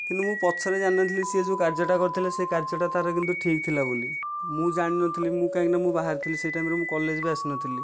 କିନ୍ତୁ ମୁଁ ପଛରେ ଜାଣିନଥିଲି ସେ ଯେଉଁ କାର୍ଯ୍ୟଟା କରିଥିଲା ସେଇ କାର୍ଯ୍ୟଟା ତାର କିନ୍ତୁ ଠିକ୍ ଥିଲା ବୋଲି ମୁଁ ଜାଣିନଥିଲି ମୁଁ କାହିଁକି ନା ମୁଁ ବାହାରେ ଥିଲି ସେହି ଟାଇମ୍ରେ ମୁଁ କଲେଜ୍ ଭି ଆସିନଥିଲି